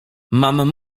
mam